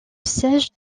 siège